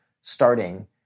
starting